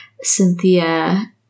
Cynthia